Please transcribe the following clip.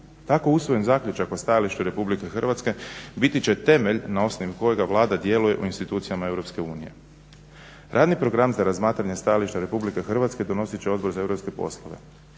Tako usvojen zaključak o stajalištu Republike Hrvatske biti će temelj na osnovu kojega Vlada djeluje u institucijama Europske unije. Radni program za razmatranje stajališta Republike Hrvatske donosit će Odbor za europske poslove.